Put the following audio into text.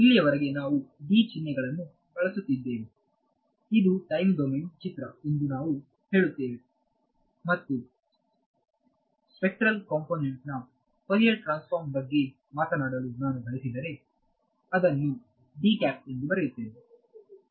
ಇಲ್ಲಿಯವರೆಗೆ ನಾವು ಚಿಹ್ನೆಗಳನ್ನು ಬಳಸುತ್ತಿದ್ದೇವೆ ಇದು ಟೈಮ್ ಡೊಮೇನ್ ಚಿತ್ರ ಎಂದು ನಾವು ಹೇಳುತ್ತೇವೆ ಮತ್ತು ಸ್ಪೆಕ್ಟ್ರಲ್ ಕಂಪೋನೆಂಟ್ ನ ಫೋರಿಯರ್ ಟ್ರಾನ್ಸ್ಫಾರ್ಮ ಬಗ್ಗೆ ಮಾತನಾಡಲು ನಾನು ಬಯಸಿದರೆ ಅದನ್ನುಎಂದು ಬರೆಯುತ್ತೇನೆ